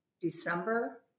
December